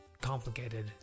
complicated